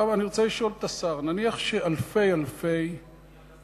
אני רוצה לשאול את השר: נניח שאלפי אלפי יהודים,